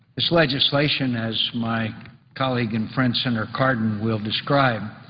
this legislation, as my colleague and friend, senator cardin, will describe,